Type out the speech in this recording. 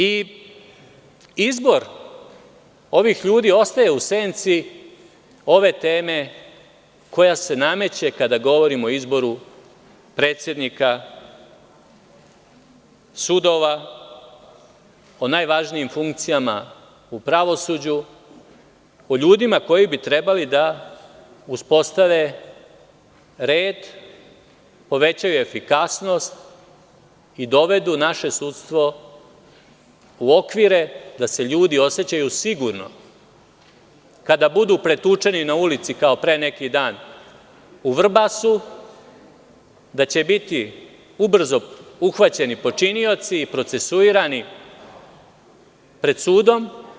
Izbor ovih ljudi ostaje u senci ove teme koja se nameće kada govorimo o izboru predsednika sudova, o najvažnijim funkcijama u pravosuđu, o ljudima koji bi trebali da uspostave red, povećaju efikasnost i dovedu naše sudstvo u okvire da se ljudi osećaju sigurno, kada budu pretučeni na ulici, kao pre neki dan u Vrbasu, da će biti ubrzo uhvaćeni počinioci i procesuirani pred sudom.